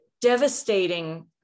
devastating